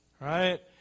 Right